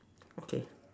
okay